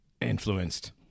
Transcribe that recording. influenced